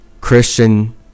Christian